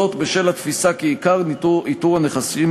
זאת בשל התפיסה כי עיקר איתור הנכסים